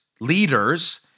leaders